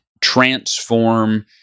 transform